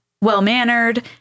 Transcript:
well-mannered